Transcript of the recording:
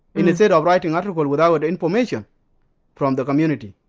instead of writing articles without information from the community.